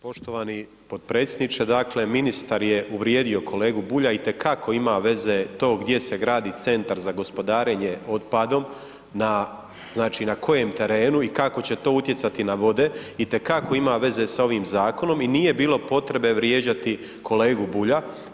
Poštovani potpredsjedniče, dakle, ministar je uvrijedio kolegu Bulja, itekako ima veze to gdje se gradi Centar za gospodarenje otpadom, znači na kojem terenu i kako će to utjecati na vode, itekako ima veze sa ovim zakonom i nije bilo potrebe vrijeđati kolegu Bulja.